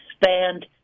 expand